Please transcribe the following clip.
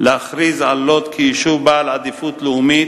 להכריז על לוד כיישוב בעל עדיפות לאומית